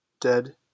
Dead